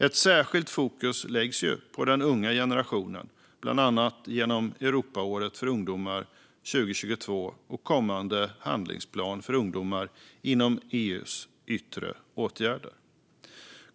Ett särskilt fokus läggs på den unga generationen, bland annat genom Europaåret för ungdomar 2022 och en kommande handlingsplan för ungdomar inom EU:s yttre åtgärder.